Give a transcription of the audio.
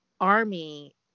Army